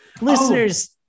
Listeners